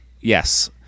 yes